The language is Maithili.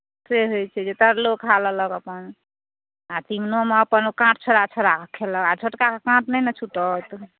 से होइ छै जे तरलो खा लेलक अपन आ तिमनोमे अपन काँट छोड़ा छोड़ाके खेलक आ छोटकाके काँट नहि ने छूटत